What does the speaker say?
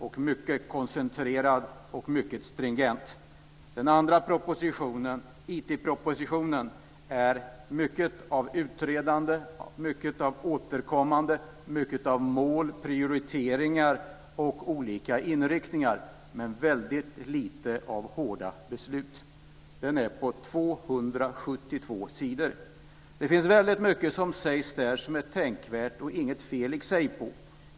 Den är mycket koncentrerad och mycket stringent. Den andra propositionen, IT-propositionen, är mycket av utredande, mycket av återkommande och mycket av mål, prioriteringar och olika inriktningar - men väldigt lite av hårda beslut. Den är på 272 sidor. Det finns väldigt mycket som sägs i den som är tänkvärt och som det inte är något fel i sig på.